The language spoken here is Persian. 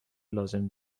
لازم